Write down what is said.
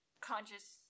conscious